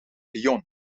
lyon